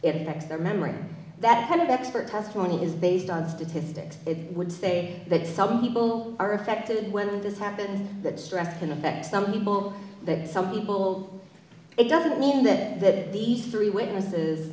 it effects their memory that kind of expert testimony is based on statistics it would say that some people are affected when it does happen that stress can affect some people that some people it doesn't mean that the three witnesses